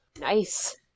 Nice